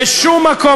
בשום מקום,